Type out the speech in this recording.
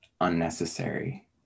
unnecessary